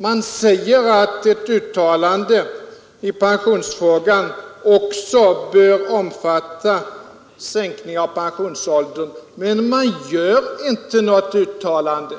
Man säger att ett uttalande i pensionsfrågan också bör omfatta en sänkning av pensionsåldern, men man gör inte något sådant uttalande.